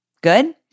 Good